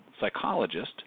psychologist